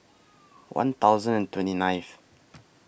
one thousand and twenty ninth